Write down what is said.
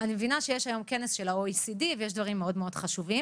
אני מבינה שיש היום כנס של ה-OECD ויש דברים מאוד מאוד חשובים,